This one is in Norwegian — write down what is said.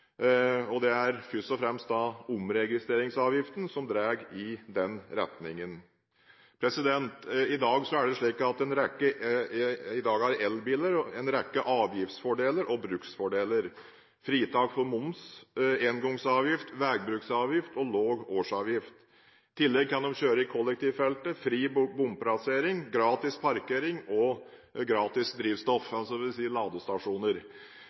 og det er først og fremst omregistreringsavgiftene som drar i den retningen. I dag har elbiler en rekke avgiftsfordeler og bruksfordeler – fritak for moms, engangsavgift og veibruksavgift og lav årsavgift. I tillegg kan de kjøre i kollektivfeltet, og de har fri bompassering, gratis parkering og gratis drivstoff, dvs. ladestasjoner.